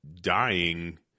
dying